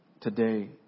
Today